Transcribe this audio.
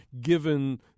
given